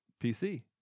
PC